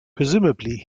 presumably